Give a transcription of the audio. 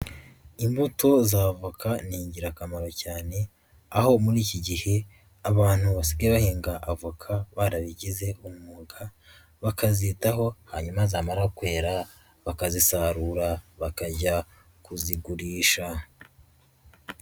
Imbuto za avoka ni ingirakamaro cyane, aho muri iki gihe abantu basigayega avoka barabigize umwuga, bakazitaho hanyuma zamara kwera bakazisarura bakajya kuzigurisha.